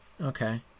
okay